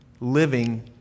living